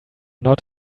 not